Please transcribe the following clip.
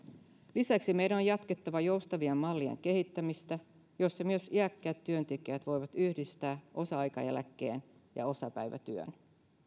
lisäksi meidän on jatkettava joustavien mallien kehittämistä joissa myös iäkkäät työntekijät voivat yhdistää osa aikaeläkkeen ja osapäivätyön